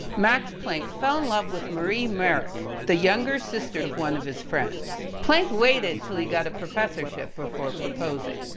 max planck fell in love with marie merck, the younger sister of one of his friends. planck waited till he got a professorship before proposing,